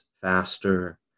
faster